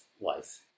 life